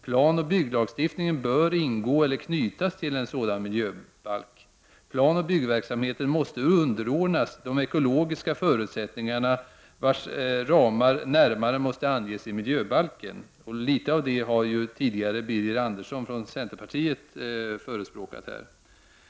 Planoch bygglagstiftningen bör ingå i eller knytas till en sådan miljöbalk. Planoch byggverksamheten måste underordnas de ekologiska förutsättningarna vars ramar närmare måste anges i miljöbalken. Litet av detta har Birger Andersson från centerpartiet förespråkat.